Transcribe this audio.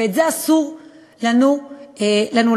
ואת זה אסור לנו לאפשר.